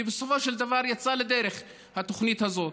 ובסופו של דבר יצאה לדרך התוכנית הזאת,